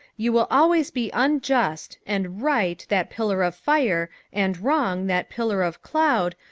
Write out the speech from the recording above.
you will always be unjust, and right, that pillar of fire, and wrong, that pillar of cloud,